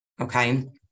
okay